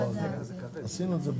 ההמשך